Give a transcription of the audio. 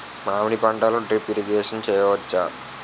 మామిడి పంటలో drip irrigation చేయచ్చా?